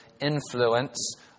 influence